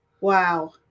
Wow